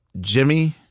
Jimmy